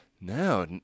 no